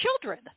children